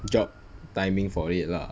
job timing for it lah